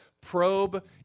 probe